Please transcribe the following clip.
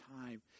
time